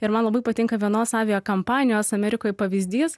ir man labai patinka vienos aviakompanijos amerikoj pavyzdys